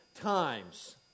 times